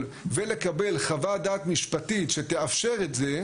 ולקבל חוות דעת משפטית שתאפשר את זה,